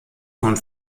von